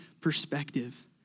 perspective